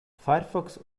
firefox